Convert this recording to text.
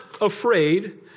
afraid